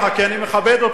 כי אני מכבד אותך,